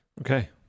Okay